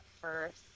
first